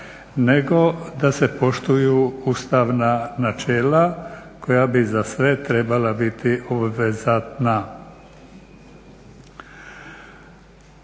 nego da se poštuju ustavna načela koja bi za sve trebala biti obvezatna.